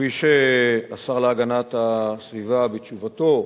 כפי שהשר להגנת הסביבה מדבר בתשובתו